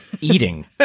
Eating